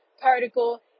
particle